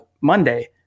Monday